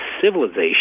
civilization